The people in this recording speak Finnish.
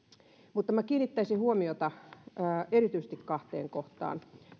mutta minä kiinnittäisin huomiota erityisesti kahteen kohtaan